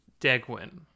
Degwin